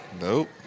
Nope